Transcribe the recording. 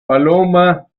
paloma